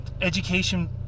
education